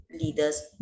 leaders